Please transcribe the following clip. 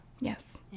yes